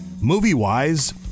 Movie-wise